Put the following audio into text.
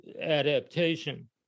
Adaptation